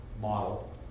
model